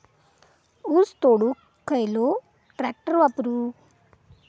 ऊस तोडुक खयलो ट्रॅक्टर वापरू?